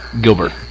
Gilbert